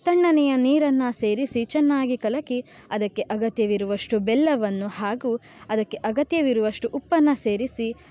ತಣ್ಣನೆಯ ನೀರನ್ನು ಸೇರಿಸಿ ಚೆನ್ನಾಗಿ ಕಲಕಿ ಅದಕ್ಕೆ ಅಗತ್ಯವಿರುವಷ್ಟು ಬೆಲ್ಲವನ್ನು ಹಾಗೂ ಅದಕ್ಕೆ ಅಗತ್ಯವಿರುವಷ್ಟು ಉಪ್ಪನ್ನು ಸೇರಿಸಿ